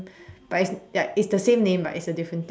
whereas like it's the same name but it's a different thing